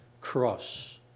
cross